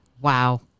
wow